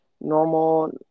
normal